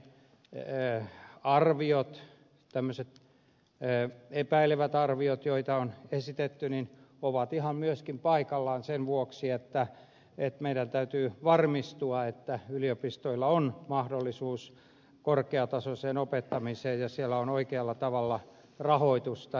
ne arviot tämmöiset epäilevät arviot joita on esitetty ovat ihan myöskin paikallaan sen vuoksi että meidän täytyy varmistua siitä että yliopistoilla on mahdollisuus korkeatasoiseen opettamiseen ja siellä on oikealla tavalla rahoitusta